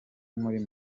muri